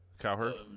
Cowher